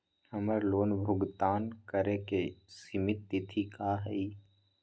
हमर लोन भुगतान करे के सिमित तिथि का हई?